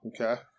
Okay